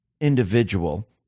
individual